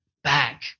Back